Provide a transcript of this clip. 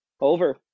over